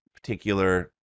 particular